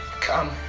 Come